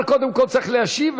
השר קודם כול צריך להשיב,